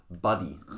Buddy